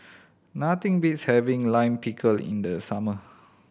nothing beats having Lime Pickle in the summer